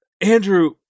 Andrew